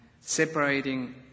separating